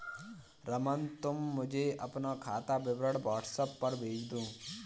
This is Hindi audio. रमन, तुम मुझे अपना खाता विवरण व्हाट्सएप पर भेज दो